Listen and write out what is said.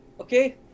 Okay